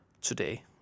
today